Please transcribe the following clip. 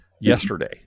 yesterday